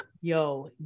Yo